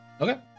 okay